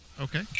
Okay